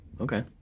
Okay